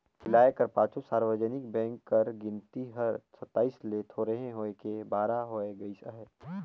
बिलाए कर पाछू सार्वजनिक बेंक कर गिनती हर सताइस ले थोरहें होय के बारा होय गइस अहे